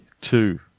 two